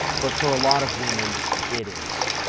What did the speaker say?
but for a lot of women it is.